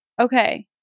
Okay